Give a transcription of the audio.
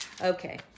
Okay